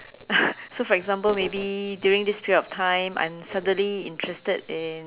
so example maybe during this period of time I'm suddenly interested in